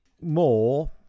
more